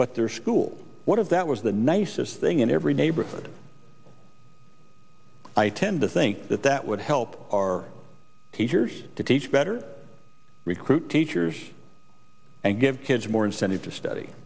but their school what if that was the nicest thing in every neighborhood i tend to think that that would help our teachers to teach better recruit teachers and give kids more incentive to study